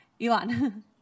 Elon